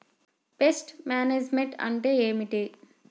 Pest management అంటే ఏమిటి?